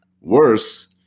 Worse